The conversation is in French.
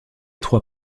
trois